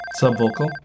Subvocal